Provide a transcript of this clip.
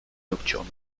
nocturne